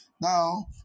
Now